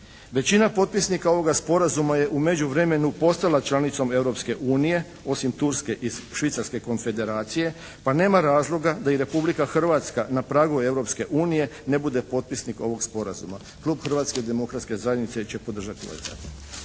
Većina potpisnika ovoga sporazuma je u međuvremenu postala članicom Europske unije osim Turske i Švicarske konfederacije pa nema razloga da i Republika Hrvatska na pragu Europske unije ne bude potpisnik ovog sporazuma. Klub Hrvatske demokratske zajednice će podržati ovaj zakon.